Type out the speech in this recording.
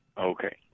Okay